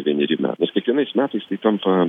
vieneri metai nes kiekvienais metais įtampa